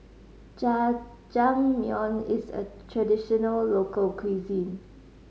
jajangmyeon is a traditional local cuisine